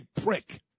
prick